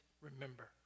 remember